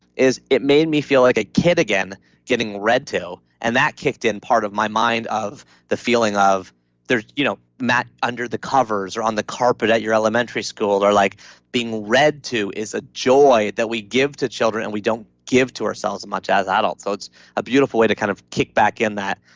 is it made me feel like a kid again getting read to and that kicked in part of my mind of the feeling of there's you know mat, under the covers, or on the carpet at your elementary school we're like being read to is a joy that we give to children and we don't give to ourselves as much as adults so it's a beautiful way to kind of kick back in that,